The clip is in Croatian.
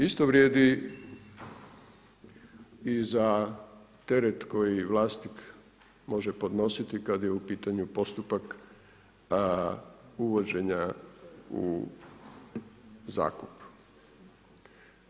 Isto vrijedi i za teret koji vlasnik može podnositi kad je u pitanju postupak uvođenja u zakup.